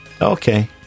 Okay